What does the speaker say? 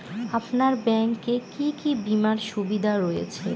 আপনার ব্যাংকে কি কি বিমার সুবিধা রয়েছে?